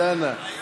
איוב,